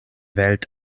welt